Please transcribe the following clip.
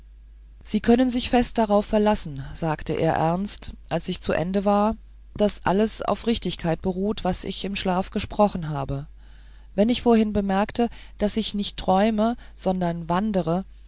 sie können sich fest darauf verlassen sagte er ernst als ich zu ende war daß alles auf richtigkeit beruht was ich im schlaf gesprochen habe wenn ich vorhin bemerkte daß ich nicht träume sondern wandere